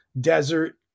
desert